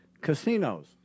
casinos